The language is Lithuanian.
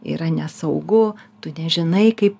yra nesaugu tu nežinai kaip